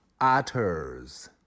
otters